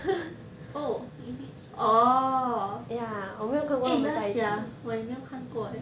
oh is it orh eh ya sia 我也没有看过 eh